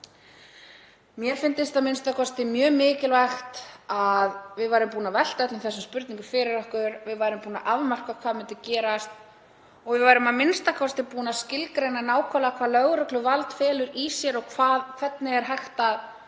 Mér fyndist a.m.k. mjög mikilvægt að við værum búin að velta öllum þessum spurningum fyrir okkur. Við værum búin að afmarka hvað myndi gerast og við værum a.m.k. búin að skilgreina nákvæmlega hvað lögregluvald felur í sér og hvernig hægt er